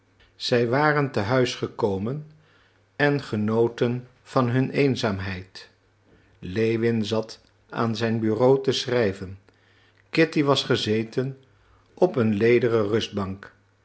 zij waren te huis gekomen en genoten van hun eenzaamheid lewin zat aan zijn bureau te schrijven kitty was gezeten op een lederen